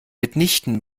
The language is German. mitnichten